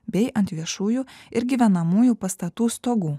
bei ant viešųjų ir gyvenamųjų pastatų stogų